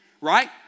right